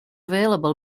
available